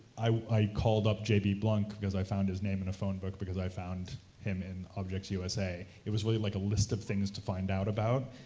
i called up j. b. blunk, because i found his name in a phone book, because i found him in objects usa. it was really like a list of things to find out about,